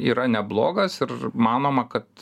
yra neblogas ir manoma kad